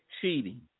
cheating